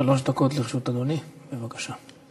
שלוש דקות לרשות אדוני, בבקשה.